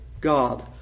God